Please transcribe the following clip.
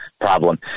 problem